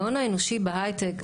ההון האנושי בהייטק,